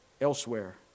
elsewhere